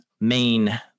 main